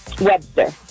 Webster